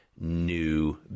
new